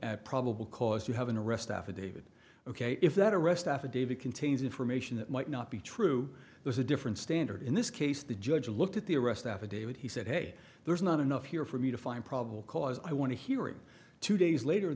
at probable cause you have an arrest affidavit ok if that arrest affidavit contains information that might not be true there's a different standard in this case the judge looked at the arrest affidavit he said hey there's not enough here for me to find probable cause i want to hear it two days later